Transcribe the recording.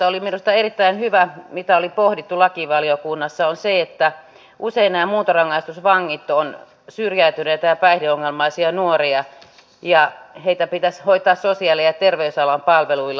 minusta oli erittäin hyvä että lakivaliokunnassa oli pohdittu sitä että usein nämä muuntorangaistusvangit ovat syrjäytyneitä ja päihdeongelmaisia nuoria ja heitä pitäisi hoitaa sosiaali ja terveysalan palveluilla